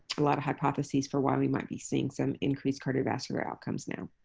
a lot of hypotheses for why we might be seeing some increased cardiovascular outcomes now.